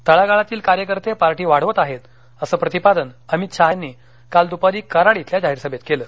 तळागाळातील कार्यकर्ते पार्टी वाढवत आहेत असं प्रतिपादन अमित शहा यांनी काल दुपारी कराड इथल्या जाहीर सभेत केलं